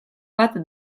bat